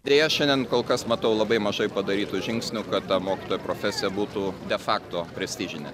deja šiandien kol kas matau labai mažai padarytų žingsnių kad ta mokytojo profesija būtų de fakto prestižine